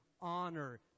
honor